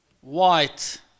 white